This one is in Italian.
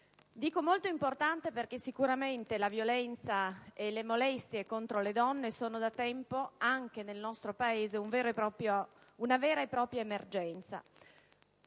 Dico molto importante perché sicuramente la violenza e le molestie contro le donne sono da tempo, anche nel nostro Paese, una vera e propria emergenza.